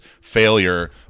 failure